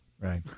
right